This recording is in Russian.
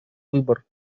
выбор